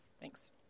Thanks